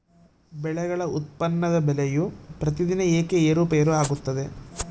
ಬೆಳೆಗಳ ಉತ್ಪನ್ನದ ಬೆಲೆಯು ಪ್ರತಿದಿನ ಏಕೆ ಏರುಪೇರು ಆಗುತ್ತದೆ?